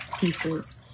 pieces